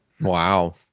Wow